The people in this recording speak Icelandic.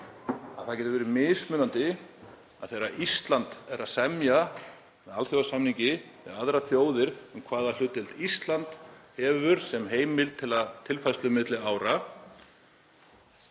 að það getur verið mismunandi, þegar Ísland gerir alþjóðasamning við aðrar þjóðir, hvaða hlutdeild Ísland hefur, sem heimild til tilfærslu milli ára.